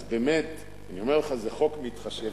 אז באמת, אני אומר לך, זה חוק מתחשב.